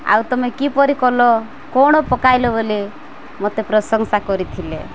ଆଉ ତମେ କିପରି କଲ କ'ଣ ପକାଇଲ ବୋଲି ମୋତେ ପ୍ରଶଂସା କରିଥିଲେ